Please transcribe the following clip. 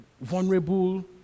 vulnerable